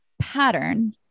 pattern